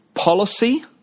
Policy